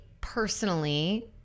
personally